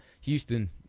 Houston